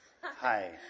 hi